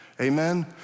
Amen